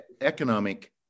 economic